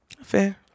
Fair